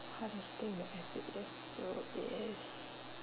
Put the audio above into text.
hardest thing that I said yes to is